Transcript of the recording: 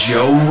Joe